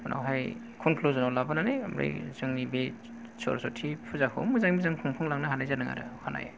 उनावहाय कनकलुजनाव लाबोनानै ओमफ्राय जोंनि बे सरसथि फुजाखौ मोजाङै मोजां खुंफुंलांनो हानाय जादों आरो अखानायै